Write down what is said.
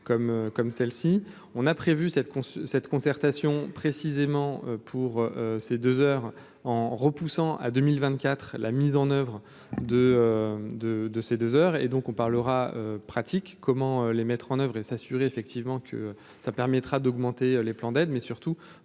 comme celle-ci, on a prévu cette cette concertation précisément pour ces 2 heures en repoussant à 2024 la mise en oeuvre de de de ces deux heures et donc on parlera pratique comment les mettre en oeuvre et s'assurer effectivement que ça permettra d'augmenter les plans d'aide, mais surtout